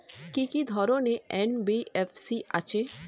কি কি ধরনের এন.বি.এফ.সি আছে?